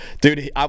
Dude